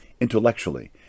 intellectually